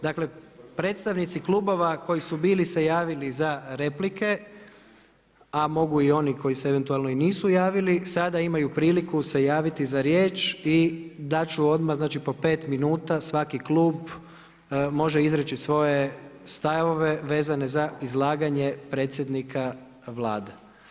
Dakle, predstavnici klubova koji su bili se javili za replike a mogu i oni koji se eventualno i nisu javili sada imaju priliku se javiti za riječ i dati ću odmah, znači po 5 minuta svaki klub može izreći svoje stavove vezane za izlaganje predsjednika Vlade.